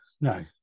no